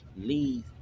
leave